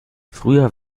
früher